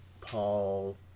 Paul